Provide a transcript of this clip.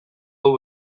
hau